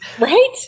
Right